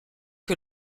que